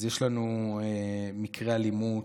אז יש לנו מקרי אלימות.